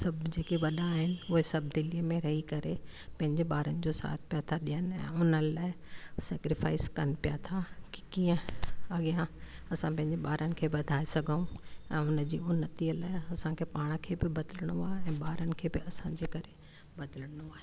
सभु जेके वॾा आहिनि उहे सभु दिल्ली में रही करे पंहिंजे ॿारनि जो साथ पिया था ॾियनि ऐं उन्हनि लाइ सेक्रिफाइस कनि पिया था कि कीअं अॻियां असां पंहिंजे ॿारनि खे वधाए सघूं ऐं उन जी उनती लाइ असांखे पाण खे बि बदिलणो आहे ऐं ॿारनि खे बि असांजे करे बदिलणो आहे